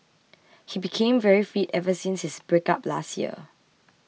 he became very fit ever since his breakup last year